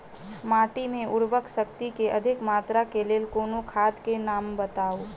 माटि मे उर्वरक शक्ति केँ अधिक मात्रा केँ लेल कोनो खाद केँ नाम बताऊ?